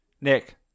Nick